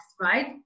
right